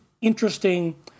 interesting